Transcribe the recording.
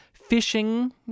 Fishing